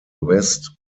west